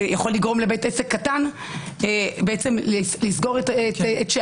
שיכול לגרום לבית עסק קטן לסגור את שעריו,